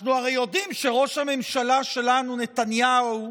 אנחנו הרי יודעים שראש הממשלה שלנו, נתניהו,